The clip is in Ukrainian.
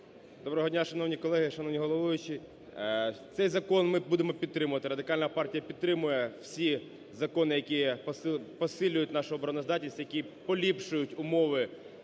Доброго дня, шановні колеги, шановний головуючий! Цей закон ми будемо підтримувати, Радикальна партія підтримує всі закони, які посилюють нашу обороноздатність, які поліпшують умови